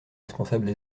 responsables